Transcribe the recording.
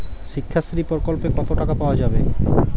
শিক্ষাশ্রী প্রকল্পে কতো টাকা পাওয়া যাবে?